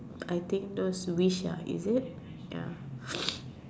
I think those wish ya